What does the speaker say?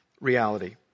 reality